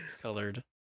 colored